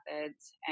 methods